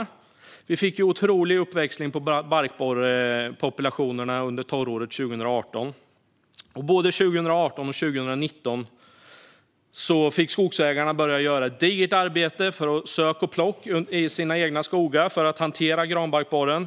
Vi fick en otrolig uppväxling på barkborrepopulationerna under torråret 2018. Både 2018 och 2019 fick skogsägarna börja göra ett digert arbete med sök och plock i sina egna skogar för att hantera granbarkborren.